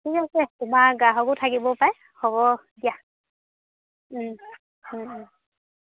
ঠিক আছে তোমাৰ গ্ৰাহকো থাকিব পাৰে হ'ব দিয়া